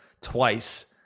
twice